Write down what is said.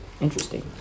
Interesting